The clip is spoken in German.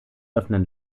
öffnen